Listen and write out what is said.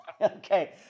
okay